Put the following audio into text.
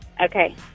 Okay